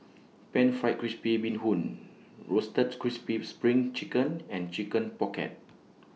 Pan Fried Crispy Bee Hoon Roasted Crispy SPRING Chicken and Chicken Pocket